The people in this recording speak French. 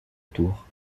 tour